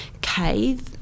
cave